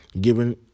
given